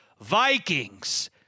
Vikings